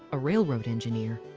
a railroad engineer,